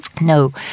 No